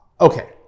okay